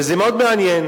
בו, וזה מאוד מעניין.